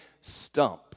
stump